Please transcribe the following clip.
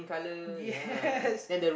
yes